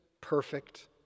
perfect